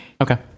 Okay